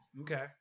Okay